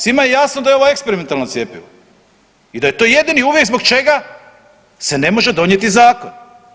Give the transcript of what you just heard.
Svima je jasno da je ovo eksperimentalno cjepivo i da je to jedini uvjet zbog čega se ne može donijeti zakon.